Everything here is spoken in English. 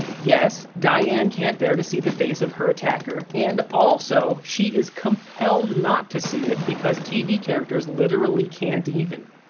yes, diane can't bear to see the face of her attacker, and also she is compelled not to see it because tv characters literally can't even.